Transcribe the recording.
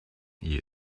you